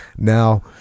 now